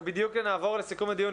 אנחנו בדיוק נעבור לסיכום הדיון.